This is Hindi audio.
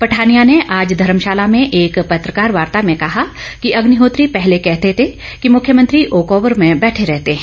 पठानिया ने आज धर्मशाला में एक पत्रकार वार्ता में कहा कि अग्निहोत्री पहले कहते थे कि मुख्यमंत्री ओकओवर में बैठे रहते हैं